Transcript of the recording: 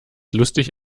lustig